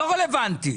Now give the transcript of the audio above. לא רלוונטי.